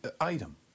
item